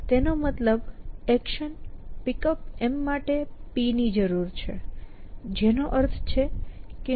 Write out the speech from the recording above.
તેનો મતલબ action Pickup માટે p ની જરૂર છે જેનો અર્થ છે કે p તેનો નાશ કરી શકે છે